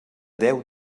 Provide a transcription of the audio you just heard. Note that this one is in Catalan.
deu